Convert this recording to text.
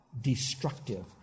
destructive